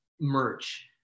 merch